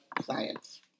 science